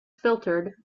filtered